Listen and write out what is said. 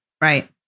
Right